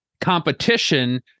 competition